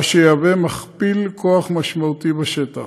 מה שייצור מכפיל כוח משמעותי בשטח.